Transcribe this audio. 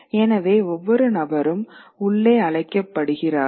எனவே ஒவ்வொரு நபரும் உள்ளே அழைக்கப்படுகிறார்கள்